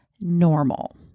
normal